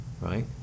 Right